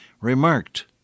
remarked